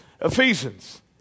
Ephesians